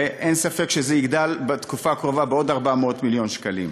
ואין ספק שזה יגדל בתקופה הקרובה בעוד 400 מיליון שקלים.